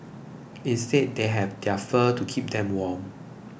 instead they have their fur to keep them warm